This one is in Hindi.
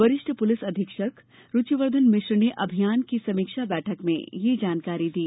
वरिष्ठ पुलिस अधीक्षक रुचि वर्धन मिश्र ने अभियान की समीक्षा बैठक में यह जानकारी दी